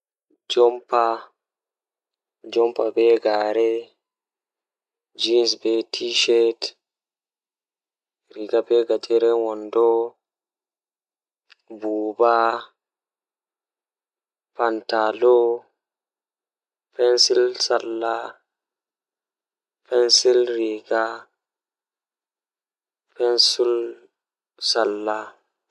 Taalel taalel jannata booyel, Woodi debbo feere ni odon nanga liddi o wala ceede konde o yahan o nanga liddi o yaara luumo o sora ndende feere odon nanga liddi sei o hefti fandu feere be patakewol haa nder man nde o hoosi o fisti o laara patakewol man don windi woodi hawrire feere oyaha o irta woodi ceede haa nder man o hoosa.